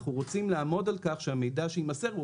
אנחנו רוצים לעמוד על כך שהמידע שיימסר הוא